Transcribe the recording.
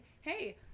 Hey